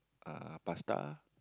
ah pasta